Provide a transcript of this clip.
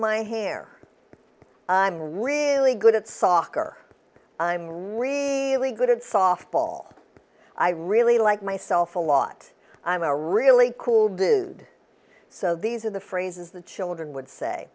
my hair i'm really good at soccer i'm reading a good softball i really like myself a lot i'm a really cool dude so these are the phrases the children would say